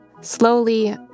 Slowly